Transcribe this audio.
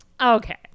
okay